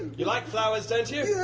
you like flowers, don't you? yeah